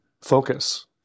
focus